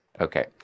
okay